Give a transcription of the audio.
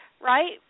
right